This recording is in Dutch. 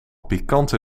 pikante